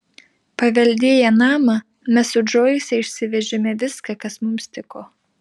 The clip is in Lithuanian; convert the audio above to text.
paveldėję namą mes su džoise išsivežėme viską kas mums tiko